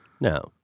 No